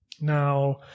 Now